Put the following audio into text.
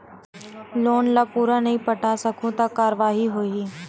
Loan ला पूरा नई पटा सकहुं का कारवाही होही?